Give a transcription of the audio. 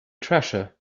treasure